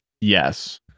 Yes